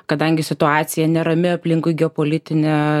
kadangi situacija nerami aplinkui geopolitinė